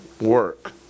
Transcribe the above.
work